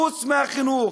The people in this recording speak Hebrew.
חוץ מהחינוך.